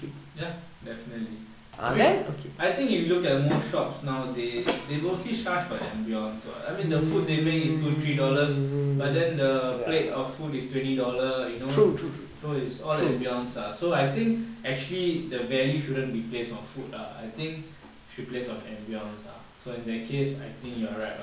ya definitely anyway I think you look at more shops now they they mostly charge for ambience [what] I mean the food they make is two three dollars but then the plate of food is twenty dollar you know so it's all ambience ah so I think actually the value shouldn't be placed on food lah I think should place on ambience ah so in that case I think you are right lah